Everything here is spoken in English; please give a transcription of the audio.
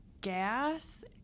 gas